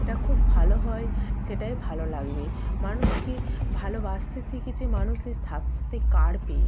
এটা খুব ভালো হয় সেটাই ভালো লাগবে মানুষকে ভালোবাসতে শিখেছে মানুষ এই স্বাস্থ্যসাথী কার্ড পেয়ে